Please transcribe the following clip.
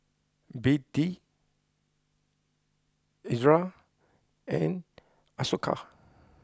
B D Ezerra and Isocal